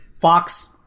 Fox